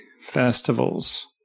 festivals